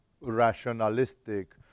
rationalistic